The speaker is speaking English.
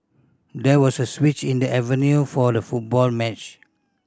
there was a switch in the venue for the football match